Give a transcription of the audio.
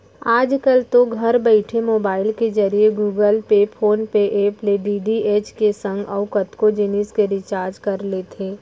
आजकल तो घर बइठे मोबईल के जरिए गुगल पे, फोन पे ऐप ले डी.टी.एच के संग अउ कतको जिनिस के रिचार्ज कर लेथे